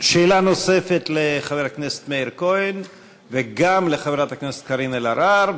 שאלה נוספת לחבר הכנסת מאיר כהן וגם לחברת הכנסת קארין אלהרר,